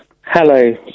hello